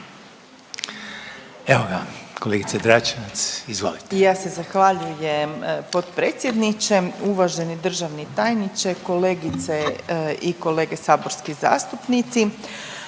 Renata (Socijaldemokrati)** Ja se zahvaljujem potpredsjedniče. Uvaženi državni tajniče, kolegice i kolege saborski zastupnici.